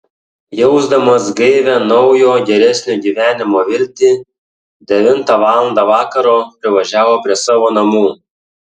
jausdamas gaivią naujo geresnio gyvenimo viltį devintą valandą vakaro privažiavo prie savo namų